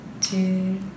Two